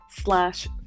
slash